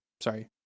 Sorry